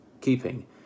keeping